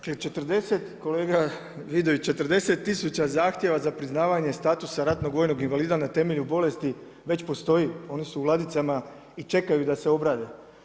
Kolega Vidović, 40 tisuća zahtjeva za priznavanje statusa ratnog vojnog invalida na temelju bolesti već postoji, oni su u ladicama i čekaju da se obrade.